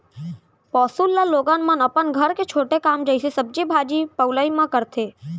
पौंसुल ल लोगन मन अपन घर के छोटे काम जइसे सब्जी भाजी पउलई म करथे